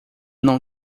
não